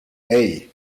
hey